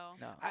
no